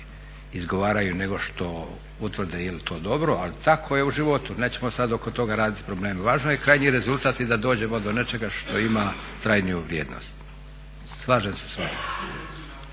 izgovaraju nego što utvrde je li to dobro, ali tako je u životu, nećemo sad oko toga raditi probleme. Važno je krajnji rezultat i da dođemo do nečega što ima trajniju vrijednost. Slažem se s